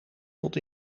tot